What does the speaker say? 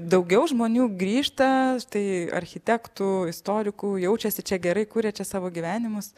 daugiau žmonių grįžta tai architektų istorikų jaučiasi čia gerai kuria čia savo gyvenimus